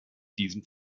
diesem